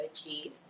achieve